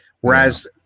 Whereas